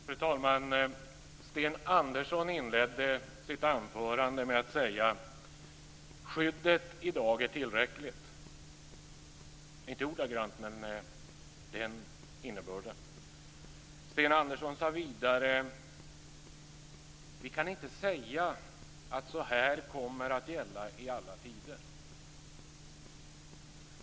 Fru talman! Sten Andersson inledde sitt anförande med att säga: Skyddet i dag är tillräckligt - detta är inte ordagrant men det var innebörden. Vidare sade Sten Andersson: Vi kan inte säga att så här kommer att gälla i alla tider.